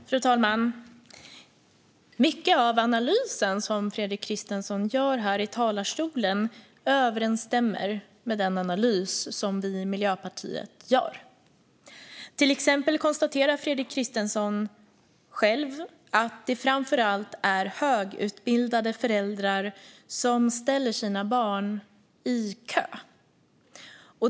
Fru talman! Mycket av den analys som Fredrik Christensson gör här i talarstolen överensstämmer med den analys som vi i Miljöpartiet gör. Till exempel konstaterar Fredrik Christensson själv att det framför allt är högutbildade föräldrar som ställer sina barn i kö.